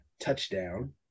touchdown